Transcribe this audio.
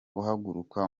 uhaguruka